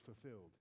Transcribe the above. fulfilled